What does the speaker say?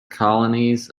colonies